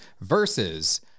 versus